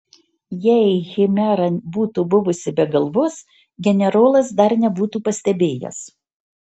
jei chimera būtų buvusi be galvos generolas dar nebūtų pastebėjęs